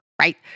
right